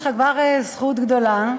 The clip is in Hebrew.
יש לך כבר זכות גדולה,